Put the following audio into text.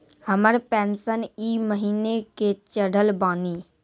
हमर पेंशन ई महीने के चढ़लऽ बानी?